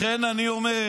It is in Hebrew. לכן אני אומר,